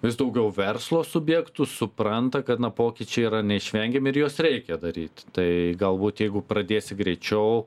vis daugiau verslo subjektų supranta kad na pokyčiai yra neišvengiami ir juos reikia daryt tai galbūt jeigu pradėsi greičiau